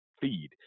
feed